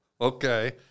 Okay